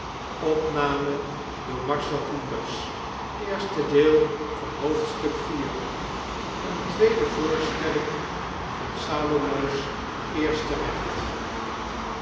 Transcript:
iv eene tweede voorstelling van salomo's eerste recht